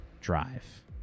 Drive